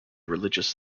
religious